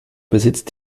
besitzt